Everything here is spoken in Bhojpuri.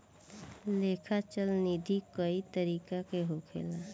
लेखा चल निधी कई तरीका के होखेला